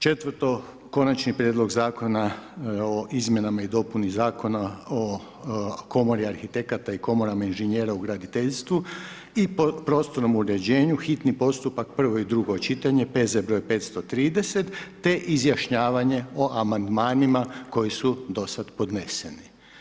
Četvrto Konačni prijedlog Zakona o izmjenama i dopuni Zakona o komori arhitekata i komorama inženjera u graditeljstvu i prostornom uređenju, hitni postupak, prvo i drugo čitanje, P.Z. broj 530 te izjašnjavanje o amandmanima koji su dosad podneseni.